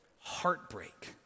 heartbreak